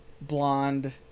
Blonde